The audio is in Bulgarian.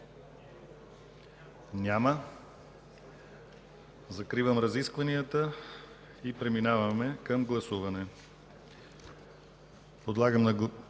Няма. Закривам разискванията и преминаваме към гласуване. Подлагам на първо гласуване